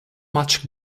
much